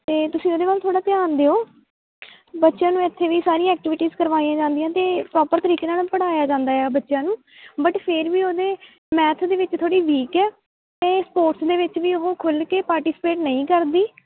ਅਤੇ ਤੁਸੀਂ ਉਹਦੇ ਵੱਲ ਥੋੜ੍ਹਾ ਧਿਆਨ ਦਿਓ ਬੱਚਿਆਂ ਨੂੰ ਇੱਥੇ ਵੀ ਸਾਰੀਆਂ ਐਕਟੀਵਿਟੀਜ਼ ਕਰਵਾਈਆਂ ਜਾਂਦੀਆਂ ਅਤੇ ਪ੍ਰੋਪਰ ਤਰੀਕੇ ਨਾਲ ਪੜ੍ਹਾਇਆ ਜਾਂਦਾ ਆ ਬੱਚਿਆਂ ਨੂੰ ਬਟ ਫਿਰ ਵੀ ਉਹਦੇ ਮੈਥ ਦੇ ਵਿੱਚ ਥੋੜ੍ਹੀ ਵੀਕ ਹੈ ਅਤੇ ਸਪੋਰਟਸ ਦੇ ਵਿੱਚ ਵੀ ਉਹ ਖੁੱਲ੍ਹ ਕੇ ਪਾਰਟੀਸੀਪੇਟ ਨਹੀਂ ਕਰਦੀ